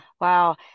Wow